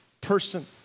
person